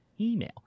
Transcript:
email